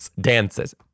dances